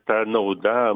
ta nauda